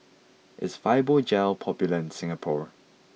is Fibogel popular in Singapore